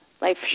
Life